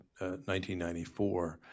1994